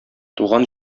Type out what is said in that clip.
туган